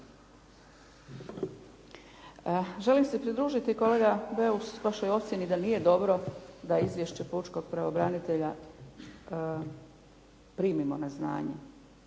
Želim se pridružiti, kolega Beus, vašoj ocjeni da nije dobro da izvješće pučkog pravobranitelja primimo na znanje.